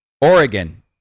Oregon